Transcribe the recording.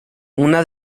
una